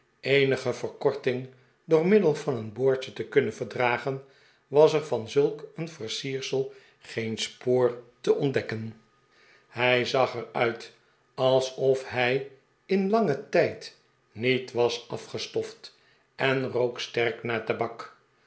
eenige verkorting door middel van een boordje te kunnen verdragen was er van zulk een versiersel geen spoor te ontdekde pickwick club ken hij zag er uit also hij in langen tijd niet was afgestoft en rook sterk naar tabak